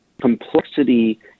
complexity